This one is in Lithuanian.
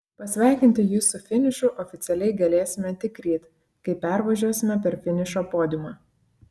pasveikinti jus su finišu oficialiai galėsime tik ryt kai pervažiuosime per finišo podiumą